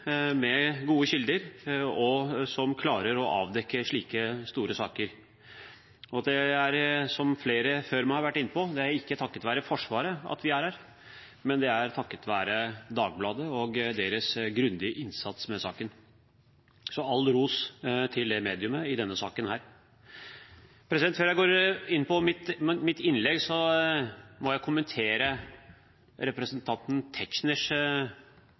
med gode kilder som klarer å avdekke slike store saker. Det er, som flere før meg har vært inne på, ikke takket være Forsvaret at vi er her, men det er takket være Dagbladet og deres grundige innsats med saken. – Så all ros til det mediet i denne saken. Før jeg går inn i mitt innlegg, må jeg kommentere representanten Tetzschners